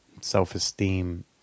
self-esteem